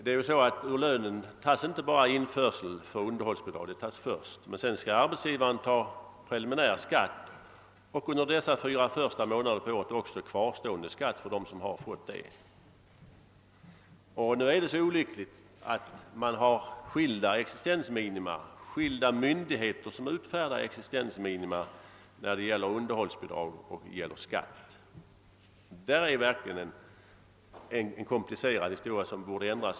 Införsel i lönen tillämpas inte bara för underhållsbidrag, som först tas ut, utan även för preliminärskatt, och arbetsgivaren skall dessutom under de fyra första månaderna av året dra av kvarstående skatt för dem som fått sådan. Det är vidare så olyckligt ordnat att skilda myndigheter fastställer existensminimum i samband med uttagande av underhållsbidrag och av skatt. Detta är en komplicerad fråga, där reglerna borde kunna ändras.